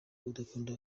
udakunda